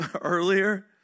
earlier